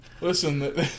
Listen